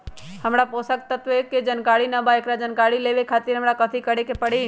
हमरा पोषक तत्व और उर्वरक के ज्यादा जानकारी ना बा एकरा जानकारी लेवे के खातिर हमरा कथी करे के पड़ी?